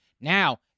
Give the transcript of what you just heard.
Now